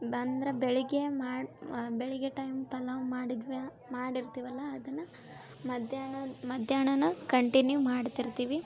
ಬಂದ್ರ ಬೆಳಗ್ಗೆ ಮಾಡಿ ಬೆಳಗ್ಗೆ ಟೈಮ್ ಪಲಾವು ಮಾಡಿದ್ವಾ ಮಾಡಿರ್ತೀವಿ ಅಲ್ಲಾ ಅದನ್ನ ಮಧ್ಯಾಹ್ನ ಮಧ್ಯಾಹ್ನನೂ ಕಂಟಿನ್ಯೂ ಮಾಡ್ತಿರ್ತೀವಿ